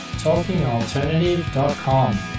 talkingalternative.com